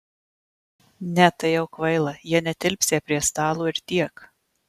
ne tai jau kvaila jie netilpsią prie stalo ir tiek